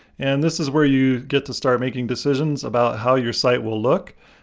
and this is where you get to start making decisions about how your site will look,